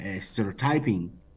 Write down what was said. stereotyping